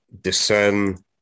discern